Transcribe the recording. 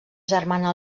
germana